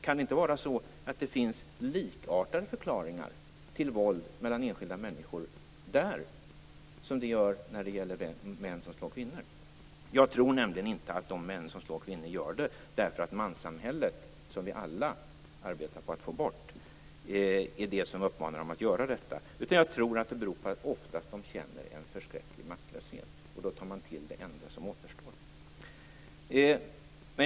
Kan det inte vara så att det finns likartade förklaringar till våld mellan enskilda människor som när det gäller män som slår kvinnor? Jag tror nämligen inte att de män som slår kvinnor gör det därför att manssamhället, som vi alla arbetar på att få bort, är det som uppmanar dem att göra detta. I stället tror jag att det beror på att de oftast känner en förskräcklig maktlöshet, och då tar de till det enda som återstår.